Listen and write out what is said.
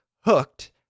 Hooked